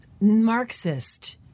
marxist